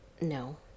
No